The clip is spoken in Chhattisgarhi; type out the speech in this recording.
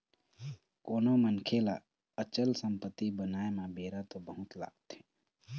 कोनो मनखे ल अचल संपत्ति बनाय म बेरा तो बहुत लगथे